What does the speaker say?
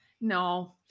no